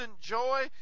joy